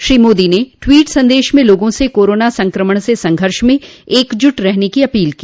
Shri Modi tweet ट्वीट संदेश में लोगों से कोरोना संक्रमण से संघर्ष में एकजुट रहने की अपील की